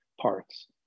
parts